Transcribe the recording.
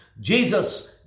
Jesus